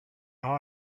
all